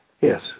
Yes